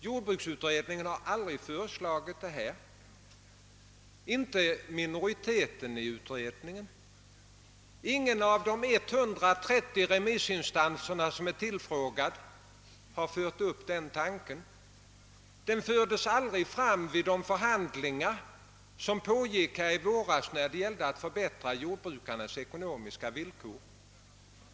JordbruksutrTedningen har inte föreslagit någon sådan åtgärd; inte ens någon minoritet inom utredningen har gjort det. Inte heller har någon av de ca 100 remissinstanserna tagit upp denna tanke. Och den fördes inte fram under vårens förhandlingar, vilka hade till syfte att förbättra jordbrukarnas ekonomiska villkor.